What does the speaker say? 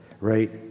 right